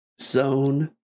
zone